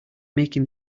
making